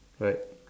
right